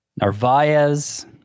Narvaez